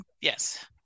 Yes